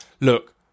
look